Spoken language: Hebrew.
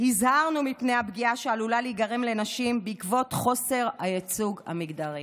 הזהרנו מפני הפגיעה שעלולה להיגרם לנשים בעקבות חוסר הייצוג המגדרי.